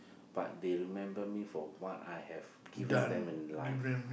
but they remember me for what I have given them in life